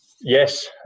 yes